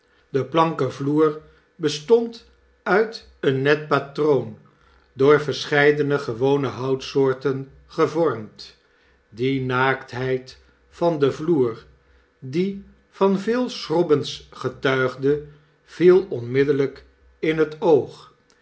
de piankenvloer bestond uit een net patroon door verscheidene gewone houtsoorten gevormd die naaktheid van den vloer die van veel schrobbens getuigde vie onmiddellp in het oog